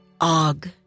Og